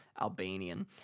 Albanian